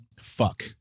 Fuck